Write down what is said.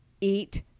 eat